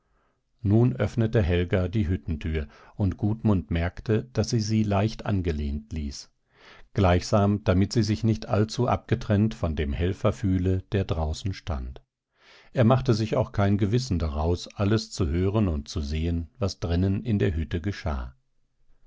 nun öffnete helga die hüttentür und gudmund merkte daß sie sie leicht angelehnt ließ gleichsam damit sie sich nicht allzu abgetrennt von dem helfer fühle der dort draußen stand er machte sich auch kein gewissen daraus alles zu hören und zu sehen was drinnen in der hütte geschah